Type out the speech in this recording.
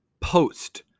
post